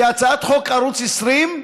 כהצעת חוק ערוץ 20,